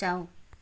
जाउ